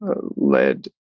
led